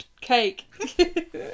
cake